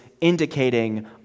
indicating